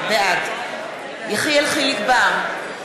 בעד יחיאל חיליק בר,